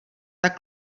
tak